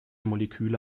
moleküle